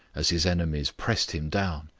as his enemies pressed him down.